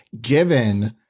given